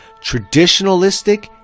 traditionalistic